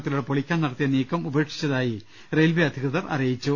നത്തിലൂടെ പൊളിക്കാൻ നടത്തിയ നീക്കം ഉപേക്ഷിച്ചതായി റെയിൽവെ അധികൃ തർ അറിയിച്ചു